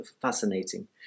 fascinating